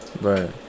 Right